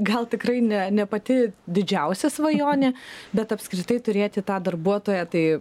gal tikrai ne ne pati didžiausia svajonė bet apskritai turėti tą darbuotoją tai